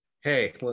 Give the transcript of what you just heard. hey